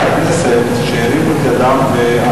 אני מנסה להגן על חברי הכנסת שהרימו את ידם ואמרו.